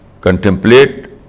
contemplate